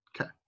okay